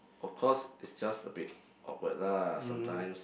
of course it's just a bit awkward lah sometimes